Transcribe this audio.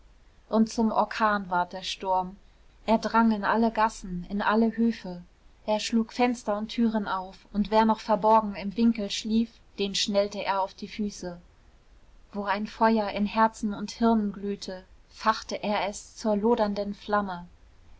und zum orkan ward der sturm er drang in alle gassen in alle höfe er schlug fenster und türen auf und wer noch verborgen im winkel schlief den schnellte er auf die füße wo ein feuer in herzen und hirnen glühte fachte er es zur lodernden flamme